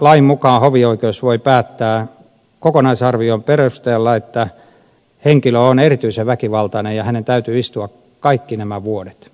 lain mukaan hovioikeus voi päättää kokonaisarvion perusteella että henkilö on erityisen väkivaltainen ja hänen täytyy istua kaikki nämä vuodet